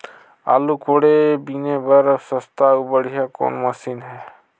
आलू कोड़े बीने बर सस्ता अउ बढ़िया कौन मशीन हे?